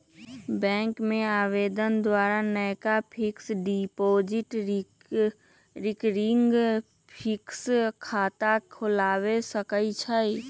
bank में आवेदन द्वारा नयका फिक्स्ड डिपॉजिट, रिकरिंग डिपॉजिट खता खोलबा सकइ छी